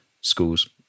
schools